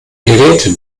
geräten